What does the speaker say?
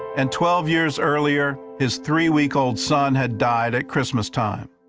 and twelve years earlier, his three week old son had died at christmas time.